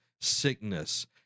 sickness